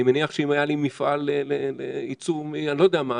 אני מניח שאם היה לי מפעל לייצור לא יודע מה,